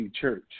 Church